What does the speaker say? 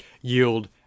yield